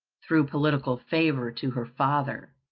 through political favor to her father.